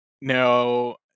No